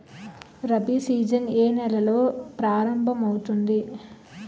Rabi season ఏ నెలలో ప్రారంభమౌతుంది?